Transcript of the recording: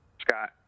Scott